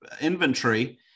inventory